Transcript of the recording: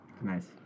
Nice